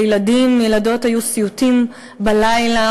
לילדים ולילדות היו סיוטים בלילה.